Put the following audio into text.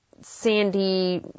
sandy